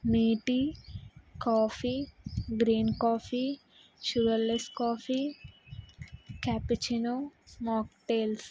నీటి coffee green coffee sugar less coffee cappuccino mocktails